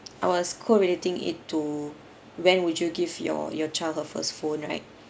I was co-relating it to when would you give your your child her first phone right